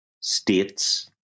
states